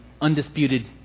undisputed